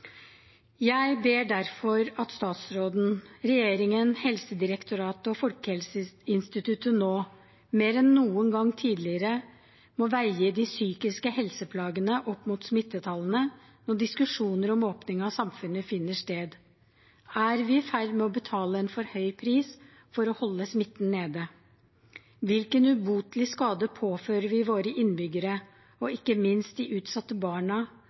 Jeg ber derfor om at statsråden, regjeringen, Helsedirektoratet og Folkehelseinstituttet nå, mer enn noen gang tidligere, må veie de psykiske helseplagene opp mot smittetallene, når diskusjoner om åpning av samfunnet finner sted. Er vi i ferd med å betale en for høy pris for å holde smitten nede? Hvilken ubotelig skade påfører vi våre innbyggere og ikke minst de utsatte barna,